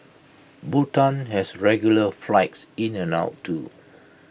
Bhutan has regular flights in and out too